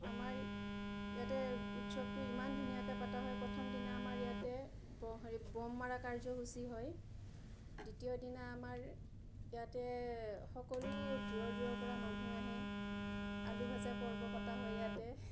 আমাৰ ইয়াতে উৎসৱটো ইমান ধুনীয়াকৈ পতা হয় প্ৰথম দিনা আমাৰ ইয়াতে হেৰি বম মাৰা কাৰ্যসূচী হয় দ্বিতীয় দিনা আমাৰ ইয়াতে সকলো দূৰৰ দূৰৰপৰা মানুহ আহে আলু ভাজা পৰ্ব পাতা হয় ইয়াতে